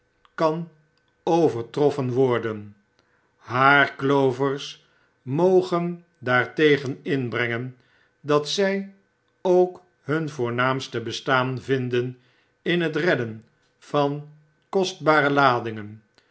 kan overtroffen worden haarklovers mogen daartegen inbrengen dat zy ook hun voornaamste bestaan vinden in het redden van kostbare ladingen